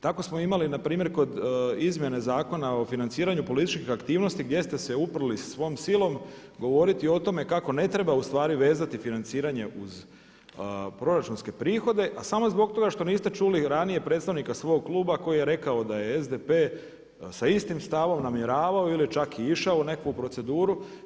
Tako smo imali npr. kod izmjene Zakona o financiranju političkih aktivnosti gdje ste se uprli svom silom govoriti o tome kako ne treba ustvari vezati financiranje uz proračunske prihode a samo zbog toga što niste čuli ranije predstavnika svog kluba koji je rekao da je SDP sa istim stavom namjeravao ili čak i išao u neku proceduru.